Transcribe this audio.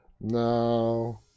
no